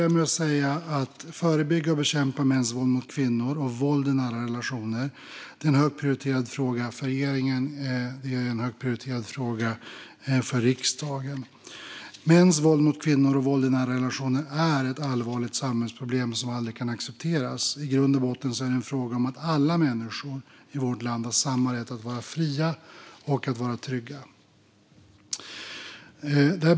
Att förebygga och bekämpa mäns våld mot kvinnor och våld i nära relationer är en högt prioriterad fråga för regeringen liksom för riksdagen. Mäns våld mot kvinnor och våld i nära relationer är ett allvarligt samhällsproblem som aldrig kan accepteras. I grund och botten är det en fråga om att alla människor i vårt land har samma rätt att vara fria och att vara trygga.